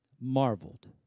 marveled